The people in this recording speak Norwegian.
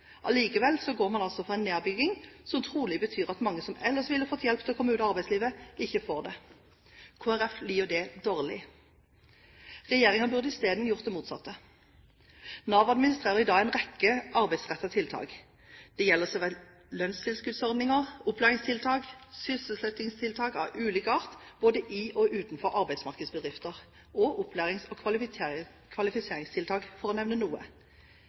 Allikevel går man altså for en nedbygging, som trolig betyr at mange som ellers ville fått hjelp til å komme ut i arbeidslivet, ikke får det. Kristelig Folkeparti liker det dårlig. Regjeringen burde isteden gjort det motsatte. Nav administrerer i dag en rekke arbeidsrettede tiltak. Det gjelder lønnstilskuddsordninger, opplæringstiltak, sysselsettingstiltak av ulik art både i og utenfor arbeidsmarkedsbedrifter og opplærings- og kvalifiseringstiltak, for å nevne noe.